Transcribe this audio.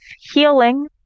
healing